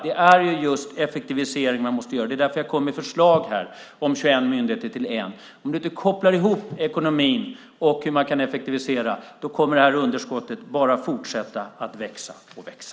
Det är effektivisering man måste göra, och det är därför som jag här kom med förslag om att göra 21 myndigheter till 1. Om du inte kopplar ihop ekonomin och hur man kan effektivisera kommer underskottet bara att växa och växa.